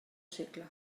segle